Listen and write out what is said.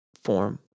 form